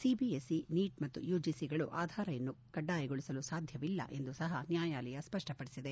CBSE NEET ಹಾಗೂ ಯುಜಿಸಿಗಳು ಆಧಾರ್ಅನ್ನು ಕಡ್ಡಾಯಗೊಳಿಸಲು ಸಾಧ್ಯವಿಲ್ಲ ಎಂದು ಸಪ ನ್ನಾಯಾಲಯ ಸ್ಪಪಪಡಿಸಿದೆ